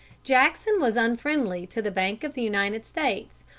jackson was unfriendly to the bank of the united states,